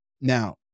Now